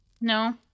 No